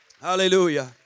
Hallelujah